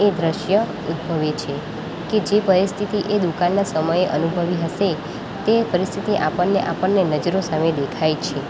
એ દૃશ્ય ઉદ્ભવે છે કે જે પરિસ્થિતિ એ દુકાનના સમયે અનુભવી તે પરિસ્થિતિ આપણને આપણને નજરો સામે દેખાય છે